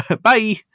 Bye